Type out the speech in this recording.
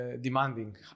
demanding